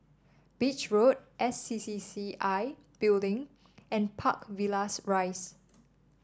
Beach Road S C C C I Building and Park Villas Rise